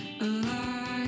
alive